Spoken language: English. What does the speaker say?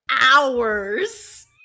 hours